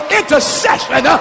intercession